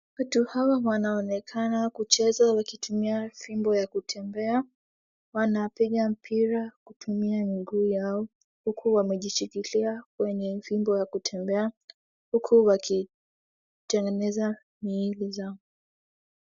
Watu hawa wanaonekana kucheza wakitumia fimbo ya kutembea. Wanapiga mpira kutumia miguu yao huku wamejishikilia kwenye fimbo ya kutembea huku wakitengeneza miili zao.